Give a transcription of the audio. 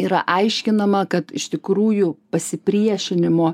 yra aiškinama kad iš tikrųjų pasipriešinimo